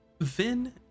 Vin